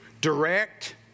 direct